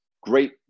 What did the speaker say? great